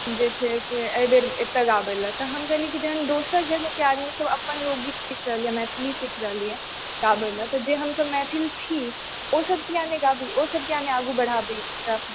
जे छै से एहि बेर एतऽ गाबै लऽ तऽ हम कहलियै कि जहन दोसर जगहके आदमीसभ अपन लोकगीत सीख रहल यऽ मैथिली सीख रहल यऽ गाबै लऽ तऽ जे हमसभ मैथिल छी ओसभ किआ नहि गाबैत छी ओसभ किआ नहि आगूँ बढ़ाबी एकरा